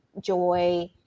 joy